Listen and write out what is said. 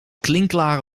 klinkklare